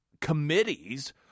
committees